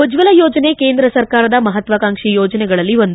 ಉಜ್ವಲ ಯೋಜನೆ ಕೇಂದ್ರ ಸರ್ಕಾರದ ಮಹತ್ವಾಕಾಂಕ್ಷಿ ಯೋಜನೆಗಳಲ್ಲಿ ಒಂದು